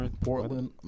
Portland